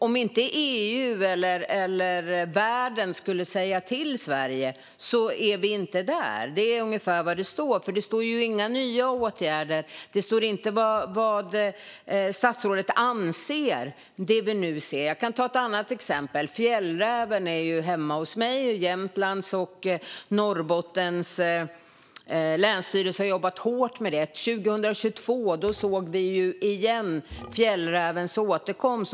Om inte EU eller världen skulle säga till Sverige är vi inte där - det är ungefär vad som sägs. Det sägs inget om några nya åtgärder. Det sägs inte vad statsrådet anser om det vi nu ser. Jag kan ta ett annat exempel. Hemma hos mig finns fjällräven. Jämtlands och Norrbottens länsstyrelser har jobbat hårt med det. Och 2022 såg vi fjällrävens återkomst.